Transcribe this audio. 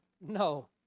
no